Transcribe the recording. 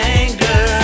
anger